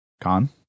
Con